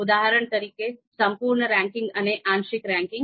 ઉદાહરણ તરીકે સંપૂર્ણ રેન્કિંગ અને આંશિક રેન્કિંગ